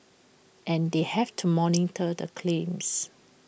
and they have to monitor the claims